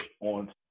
on